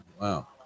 Wow